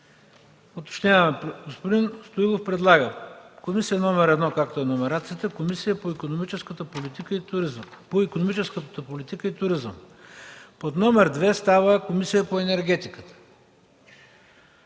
Няма. Господин Стоилов предлага комисия № 1, както е номерацията, Комисия по икономическа политика и туризъм; под № 2 става Комисия по енергетиката